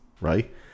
right